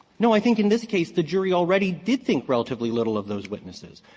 no. i think in this case, the jury already did think relatively little of those witnesses.